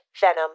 venom